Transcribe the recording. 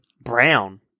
Brown